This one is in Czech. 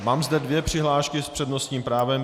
Mám zde dvě přihlášky s přednostním právem.